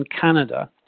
Canada